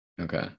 Okay